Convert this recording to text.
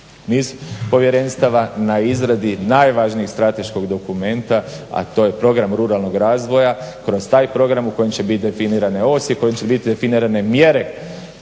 niz povjerenstava na izradi najvažnijeg strateškog dokumenta, a to je Program ruralnog razvoja. Kroz taj program u kojem će biti definirane mjere po kojima ćemo